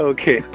Okay